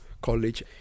college